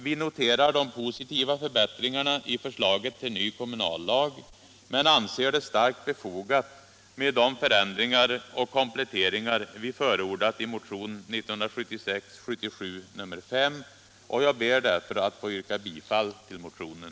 Vi noterar de positiva förbättringarna i förslaget till ny kommunallag men anser det starkt befogat med de förändringar och kompletteringar vi förordat i motion 1976/77:5, och jag ber därför att få yrka bifall till motionen.